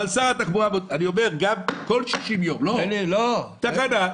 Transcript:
כל 60 ימים תחנה,